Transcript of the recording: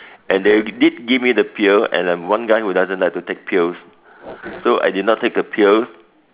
and they did give me the pill and I'm one guy who doesn't like to take pills so I did not take the pills